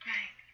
Right